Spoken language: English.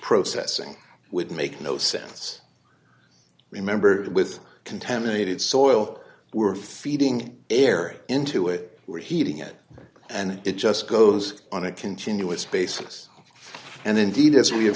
processing would make no sense remember with contaminated soil we're feeding area into it we're heating it and it just goes on a continuous basis and indeed as we